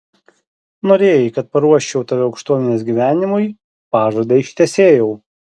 norėjai kad paruoščiau tave aukštuomenės gyvenimui pažadą ištesėjau